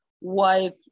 wife